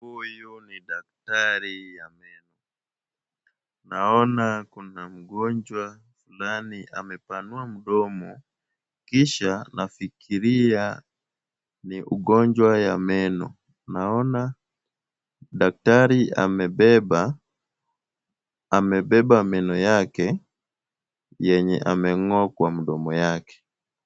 Huyu ni daktari ya meno. Naona kuna mgonjwa fulani amepanua mdomo, kisha nafikiria ni ugonjwa ya meno, naona daktari amebeba. Amebeba meno yake, yenye ameng'oa kwa mdomo yake.